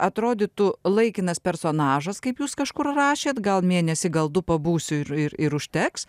atrodytų laikinas personažas kaip jūs kažkur rašėt gal mėnesį gal du pabūsiu ir ir ir užteks